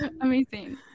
amazing